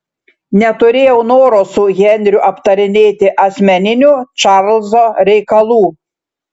neturėjau noro su henriu aptarinėti asmeninių čarlzo reikalų